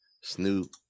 Snoop